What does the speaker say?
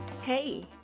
Hey